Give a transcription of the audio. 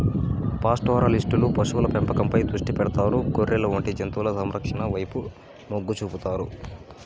పాస్టోరలిస్టులు పశువుల పెంపకంపై దృష్టి పెడతారు, గొర్రెలు వంటి జంతువుల సంరక్షణ వైపు మొగ్గు చూపుతారు